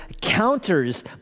counters